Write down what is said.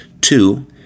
Two